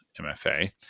MFA